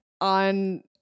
on